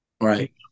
Right